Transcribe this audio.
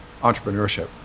entrepreneurship